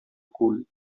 cool